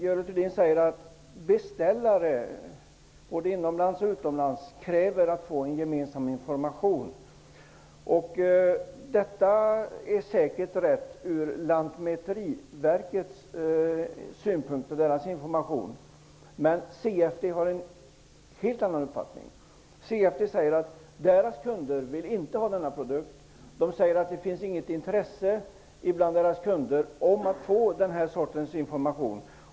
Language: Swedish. Görel Thurdin säger att beställare inomlands och utomlands kräver att få en gemensam information. Detta är säkert rätt från Lantmäteriverkets synpunkt. Men CFD har en helt annan uppfattning. CFD säger att deras kunder inte vill ha denna produkt. De säger att det inte finns något intresse bland deras kunder om att få den sortens information.